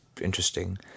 interesting